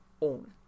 own